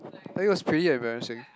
I think it was pretty embarrassing